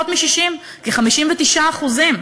פחות מ-60% כ-59%.